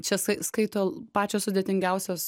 čia sai skaito pačios sudėtingiausios